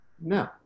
No